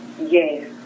Yes